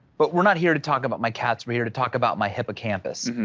but we're not here to talk about my cats. we're here to talk about my hippocampus.